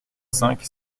cinq